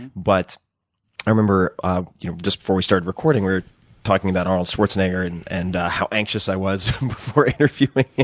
but i remember ah you know just before we started recording we were talking about arnold schwarzenegger and and how anxious i was before interviewing